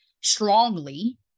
strongly